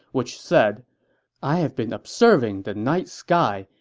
which said i have been observing the night sky,